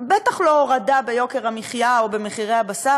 בטח לא הורדה של יוקר המחיה או של מחירי הבשר,